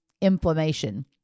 inflammation